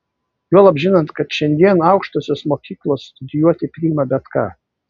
juolab žinant kad šiandien aukštosios mokyklos studijuoti priima bet ką